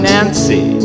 Nancy